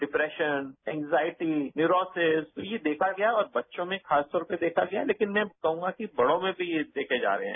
depression anxiety तो ये देखा गया है और बच्चों में खासतौर पर देखा गया लेकिन मैं कहूंगा कि बड़ॉ में भी यह देखे जा रहे हैं